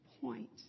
point